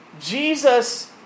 Jesus